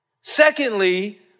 Secondly